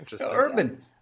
Urban